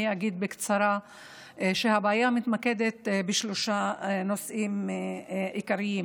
אני אגיד בקצרה שהבעיה מתמקדת בשלושה נושאים עיקריים: